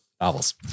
novels